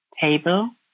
table